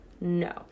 no